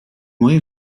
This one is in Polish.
moje